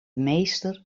meester